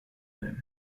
them